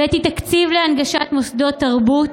הבאתי תקציב להנגשת מוסדות תרבות,